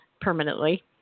permanently